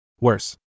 Worse